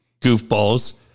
goofballs